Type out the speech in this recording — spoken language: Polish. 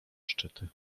szczyty